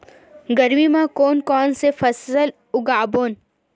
गरमी मा कोन कौन से फसल उगाबोन?